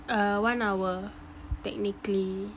err one hour technically